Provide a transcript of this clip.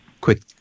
Quick